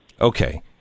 Okay